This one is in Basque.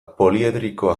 poliedrikoa